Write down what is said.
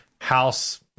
House